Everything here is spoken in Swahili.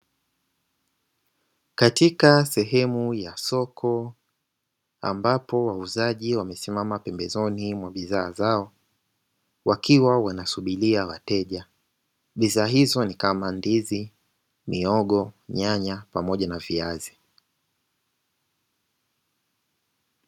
Katika sehemu ya soko ambapo wauzaji wamesimama pembezoni mwa bidhaa zao, wakiwa wanasubiria wateja. Bidhaa hizo ni kama ndizi, mihogo, nyanya pamoja na viazi.